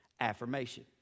affirmation